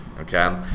Okay